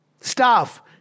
staff